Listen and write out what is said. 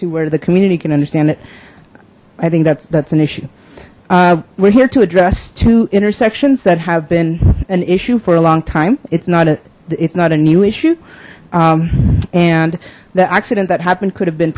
where the community can understand it i think that's that's an issue we're here to address to intersections that have been an issue for a long time it's not a it's not a new issue and the accident that happened could have been